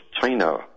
China